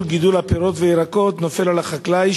גידול הפירות והירקות נופל על החקלאי,